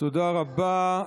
תודה רבה.